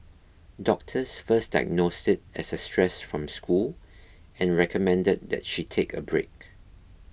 doctors first diagnosed it as a stress from school and recommended that she take a break